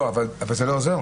אבל זה לא עוזר.